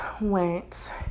went